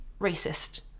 racist